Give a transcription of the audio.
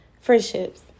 friendships